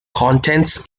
contents